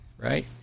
Right